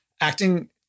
acting